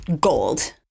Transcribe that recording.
gold